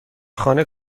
خانه